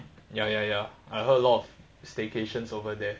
ya ya ya I heard a lot staycations over there